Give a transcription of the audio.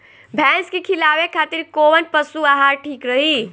भैंस के खिलावे खातिर कोवन पशु आहार ठीक रही?